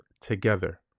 together